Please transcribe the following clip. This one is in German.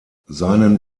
seinen